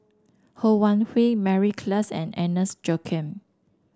Ho Wan Hui Mary Klass and Agnes Joaquim